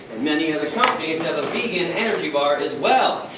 many other companies have a vegan energy bar, as well.